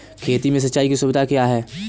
खेती में सिंचाई की सुविधा क्या है?